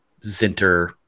Zinter